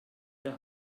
der